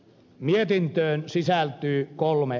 mietintöön sisältyy kolme